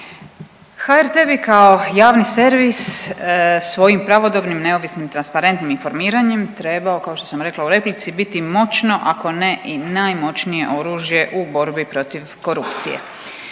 HRT bi kao javni servis svojim pravodobnim, neovisnim, transparentnim informiranjem trebao kao što sam rekla u replici biti moćno, ako ne i najmoćnije oružje u borbi protiv korupcije.